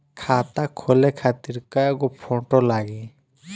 खाता खोले खातिर कय गो फोटो लागी?